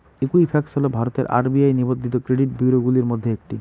Equifax হল ভারতের RBI নিবন্ধিত ক্রেডিট ব্যুরোগুলির মধ্যে একটি